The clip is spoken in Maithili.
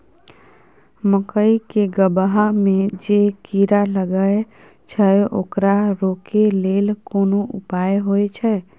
मकई के गबहा में जे कीरा लागय छै ओकरा रोके लेल कोन उपाय होय है?